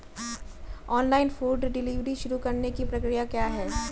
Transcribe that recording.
Online food delivery शुरू करने की प्रक्रिया क्या है?